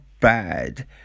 bad